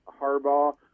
Harbaugh